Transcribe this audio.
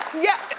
yeah.